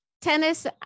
tennis